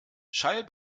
schall